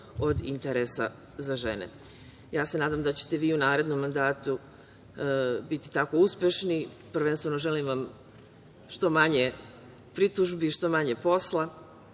od interesa za žene. Nadam se da ćete vi i u narednom mandatu biti tako uspešni. Prvenstveno, želim vam što manje pritužbi, što manje posla.